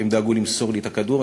הם דאגו למסור לי את הכדור,